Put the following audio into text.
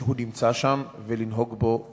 שהוא נמצא שם ולנהוג בו בכבוד.